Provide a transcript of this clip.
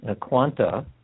quanta